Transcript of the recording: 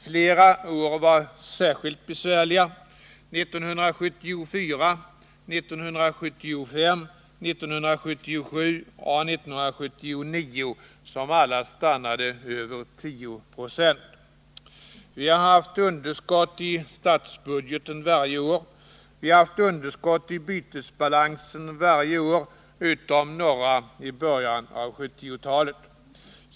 Flera år var särskilt besvärliga: 1974, 1975, 1977 och 1979, då inflationen blev över 9 96. Vi har haft underskott i statsbudgeten varje år. Vi har haft underskott i bytesbalansen varje år utom några år i början av 1970-talet.